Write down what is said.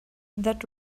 that